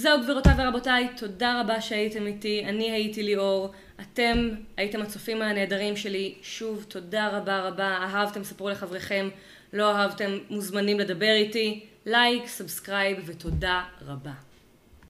זהו גבירותיי ורבותיי, תודה רבה שהייתם איתי, אני הייתי ליאור, אתם הייתם הצופים הנהדרים שלי, שוב תודה רבה רבה, אהבתם ספרו לחבריכם, לא אהבתם מוזמנים לדבר איתי, לייק, סבסקרייב ותודה רבה.